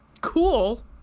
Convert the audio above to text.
cool